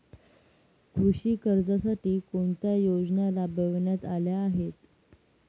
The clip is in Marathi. कृषी कर्जासाठी कोणत्या योजना राबविण्यात आल्या आहेत?